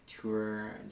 tour